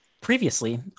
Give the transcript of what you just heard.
Previously